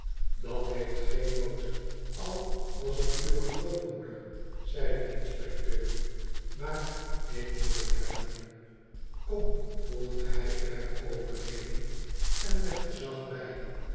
dat heeft geen nood al was het uwe grootmoeder zei de inspecteur imaar ik moet het hebben kom voegde hij er overredend en met gezag bij